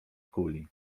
kuli